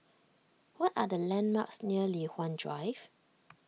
what are the landmarks near Li Hwan Drive